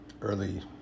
early